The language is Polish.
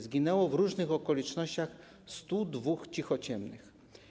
Zginęło w różnych okolicznościach 102 cichociemnych.